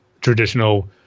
traditional